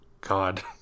god